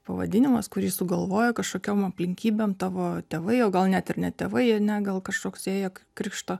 pavadinimas kurį sugalvojo kažkokiom aplinkybėm tavo tėvai o gal net ir ne tėvai ane krikšto